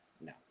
No